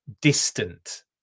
distant